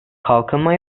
kalkınma